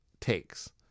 takes